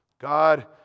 God